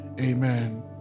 Amen